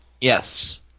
Yes